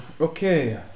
Okay